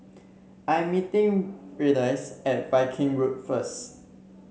I am meeting Reyes at Viking Road first